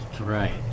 Right